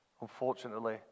Unfortunately